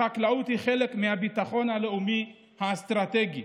החקלאות היא חלק מהביטחון הלאומי האסטרטגי,